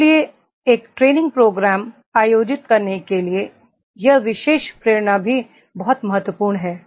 इसलिए एक training programme आयोजित करने के लिए यह विशेष प्रेरणा भी बहुत महत्वपूर्ण है